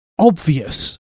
obvious